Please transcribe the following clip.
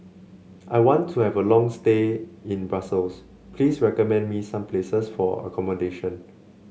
I want to have a long stay in Brussels Please recommend me some places for accommodation